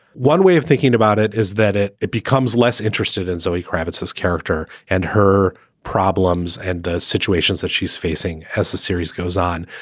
one way of thinking about it is that it it becomes less interested in zoe kravitz's character and her problems and situations that she's facing. as the series goes on,